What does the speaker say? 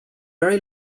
very